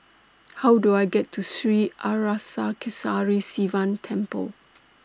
How Do I get to Sri Arasakesari Sivan Temple